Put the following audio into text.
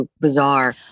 bizarre